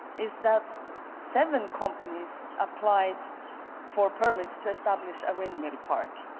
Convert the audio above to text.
is that seven companies applied for permits to establish a windmill park.